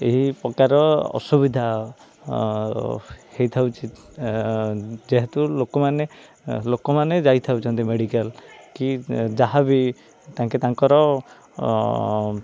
ଏହି ପ୍ରକାର ଅସୁବିଧା ହେଇଥାଉଛି ଯେହେତୁ ଲୋକମାନେ ଲୋକମାନେ ଯାଇଥାଉନ୍ତି ମେଡ଼ିକାଲ୍ କି ଯାହାବି ତାଙ୍କେ ତାଙ୍କର